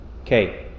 Okay